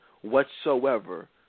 whatsoever